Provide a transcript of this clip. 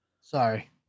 Sorry